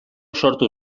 sortu